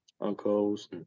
uncles